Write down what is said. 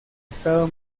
estado